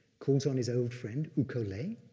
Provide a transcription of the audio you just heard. calls on his old friend, u ko lay,